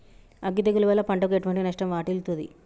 అగ్గి తెగులు వల్ల పంటకు ఎటువంటి నష్టం వాటిల్లుతది?